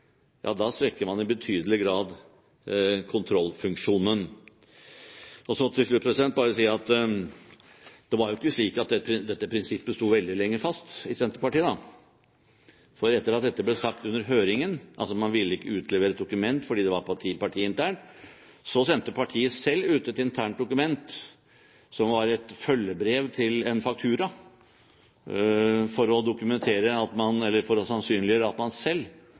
ja, da svekker man i betydelig grad kontrollfunksjonen. Og så helt til slutt vil jeg bare si at det var jo ikke slik at dette prinsippet sto veldig lenge fast i Senterpartiet. Etter at dette ble sagt under høringen – altså at man ikke ville utlevere et dokument, fordi det var partiinternt – så sendte partiet selv ut et internt dokument som var et følgebrev til en faktura, for å sannsynliggjøre at man selv